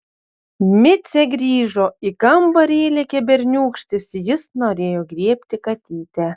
micė grįžo į kambarį įlėkė berniūkštis jis norėjo griebti katytę